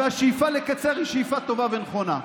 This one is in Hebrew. והשאיפה לקצר היא שאיפה טובה ונכונה.